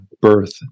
birth